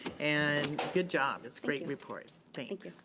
and good job. it's great report. thanks.